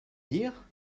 dire